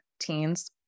teens